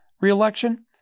reelection